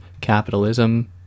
capitalism